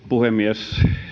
puhemies